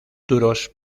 duros